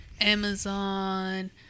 Amazon